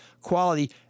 quality